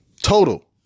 total